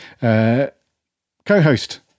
co-host